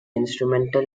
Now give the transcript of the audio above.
instrumental